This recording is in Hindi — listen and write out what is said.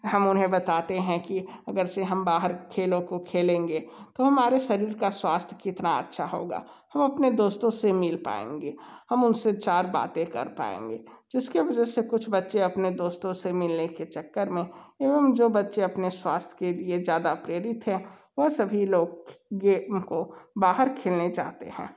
हम उन्हें बताते हैं कि अगर से हम बाहर खेलों को खेलेंगे तो हमारे शरीर का स्वास्थय कितना अच्छा होगा हम अपने दोस्तों से मिल पाएंगे हम उनसे चार बातें कर पाएंगे जिसके वजह से कुछ बच्चे अपने दोस्तों से मिलने के चक्कर में एवं जो बच्चे अपने स्वास्थय के लिए ज़्यादा प्रेरित हैं वह सभी लोग गेम को बाहर खेलने जाते हैं